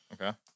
Okay